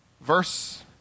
verse